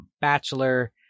Bachelor